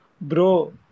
Bro